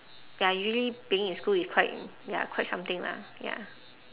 ya usually playing in school is quite ya quite something lah ya